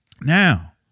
Now